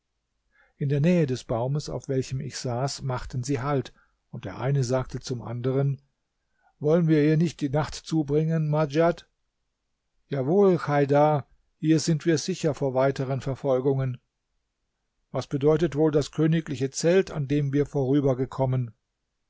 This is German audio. in der nähe des baumes auf welchem ich saß machten sie halt und der eine sagte zum anderen wollen wir nicht hier die nacht zubringen madjad jawohl cheidar hier sind wir sicher vor weiteren verfolgungen was bedeutet wohl das königliche zelt an dem wir